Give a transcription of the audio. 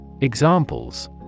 Examples